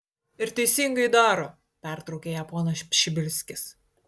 ir teisingai daro pertraukė ją ponas pšibilskis